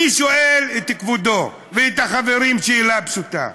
אני שואל את כבודו ואת החברים שאלה פשוטה: